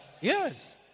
Yes